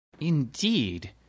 Indeed